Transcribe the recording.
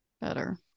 better